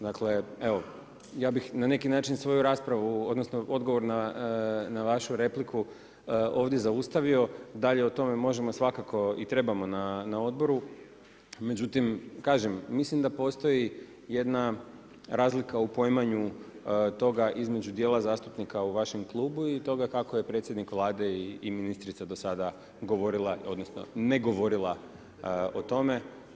Dakle evo ja bih na neki način svoju raspravu odnosno odgovor na vašu repliku ovdje zaustavio, dalje o tome možemo svakako i trebamo na odboru, međutim kažem mislim da postoji jedna razlika u poimanju toga između dijela zastupnika u vašem klubu i toga kako je predsjednik Vlade i ministrica do sada govorila odnosno ne govorila o tome.